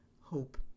hope